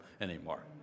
anymore